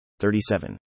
37